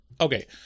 okay